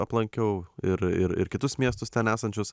aplankiau ir ir ir kitus miestus ten esančius